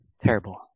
Terrible